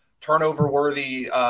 turnover-worthy